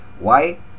why